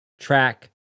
track